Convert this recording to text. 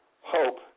hope